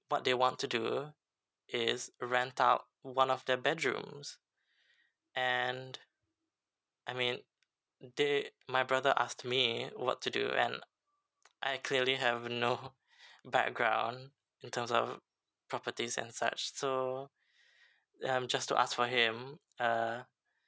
what they want to do is rent out one of the bedrooms and I mean they my brother ask me what to do and I clearly have no background in terms of properties and such so um just to ask for him uh